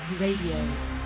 Radio